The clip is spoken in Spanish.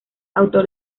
autor